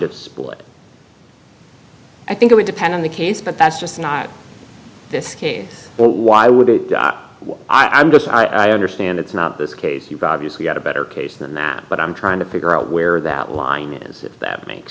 of split i think it would depend on the case but that's just not this case why would i just i understand it's not this case you've obviously got a better case than that but i'm trying to figure out where that line is if that makes